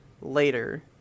later